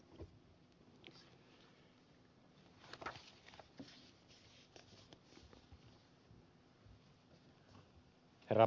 herra puhemies